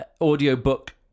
audiobook